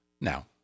Now